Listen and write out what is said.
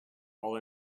all